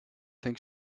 think